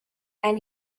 and